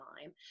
time